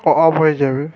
of হয়ে যাবে